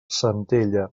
centella